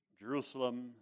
Jerusalem